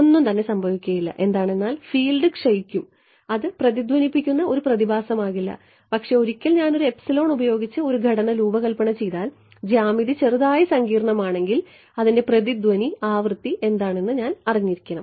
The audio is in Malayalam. ഒന്നും സംഭവിക്കുകയില്ല എന്താണെന്നാൽ ഫീൽഡ് ക്ഷയിക്കും അത് പ്രതിധ്വനിപ്പിക്കുന്ന ഒരു പ്രതിഭാസമാകില്ല പക്ഷേ ഒരിക്കൽ ഞാൻ ഒരു എപ്സിലോൺ ഉപയോഗിച്ച് ഒരു ഘടന രൂപകൽപ്പന ചെയ്താൽ ജ്യാമിതി ചെറുതായി സങ്കീർണ്ണമാണെങ്കിൽ അതിൻറെ പ്രതിധ്വനി ആവൃത്തി എന്താണെന്ന് ഞാൻ അറിയണം